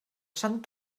sant